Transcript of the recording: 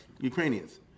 Ukrainians